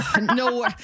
No